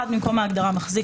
(1)במקום ההגדרה "מחזיק,